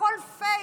הכול פייק,